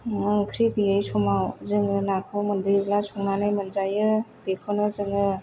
ओंख्रि गैयि समाव जोङो नाखौ मोनबोयोब्ला संनानै मोनजायो बेखौनो जोङो